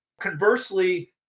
Conversely